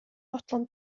fodlon